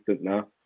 now